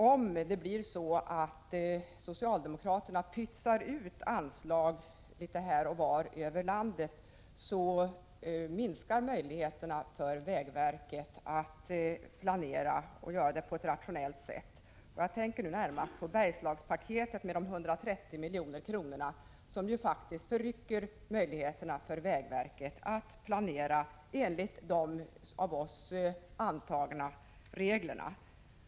Om regeringen emellertid pytsar ut sysselsättningspengar litet här och var över landet minskar möjligheterna för vägverket att planera på ett rationellt sätt. Jag tänker på t.ex. Bergslagspaketet, med 130 milj.kr. Då förrycks möjligheterna för vägverket att planera i enlighet med de av oss antagna reglerna.